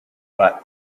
but